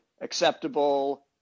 acceptable